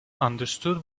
understood